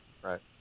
Right